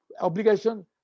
obligation